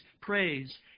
praise